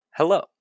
Hello